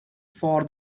for